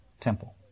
temple